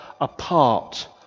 apart